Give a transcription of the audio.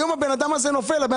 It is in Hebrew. היום האדם הזה הוא קורס.